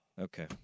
Okay